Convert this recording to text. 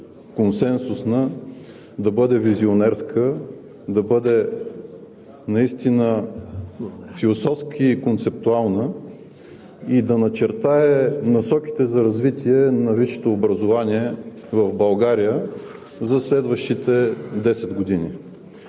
консенсусна, да бъде визионерска, да бъде философски концептуална и да начертае насоките за развитие на висшето образование в България за следващите 10 години.